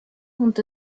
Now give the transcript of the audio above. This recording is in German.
und